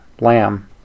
lamb